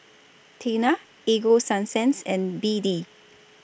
Tena Ego Sunsense and B D